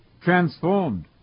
transformed